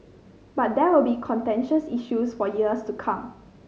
but there will be contentious issues for years to come